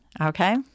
okay